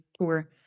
tour